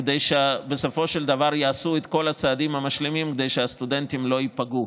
כדי שבסופו של דבר יעשו את כל הצעדים המשלמים כדי שהסטודנטים לא ייפגעו.